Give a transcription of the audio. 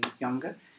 younger